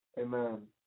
amen